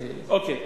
אוקיי.